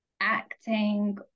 acting